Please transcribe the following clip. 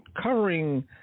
covering